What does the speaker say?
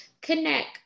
connect